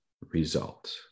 result